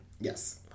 Yes